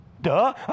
Duh